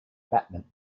batman